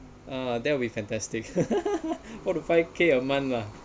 uh that would be fantastic for the five K a month lah